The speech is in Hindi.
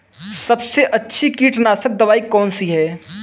सबसे अच्छी कीटनाशक दवाई कौन सी है?